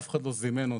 אף אחד לא זימן אותנו,